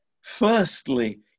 firstly